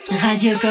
Radio